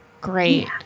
great